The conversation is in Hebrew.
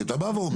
כי אתה בא ואומר,